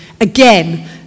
Again